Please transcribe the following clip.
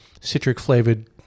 citric-flavored